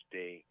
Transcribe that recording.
day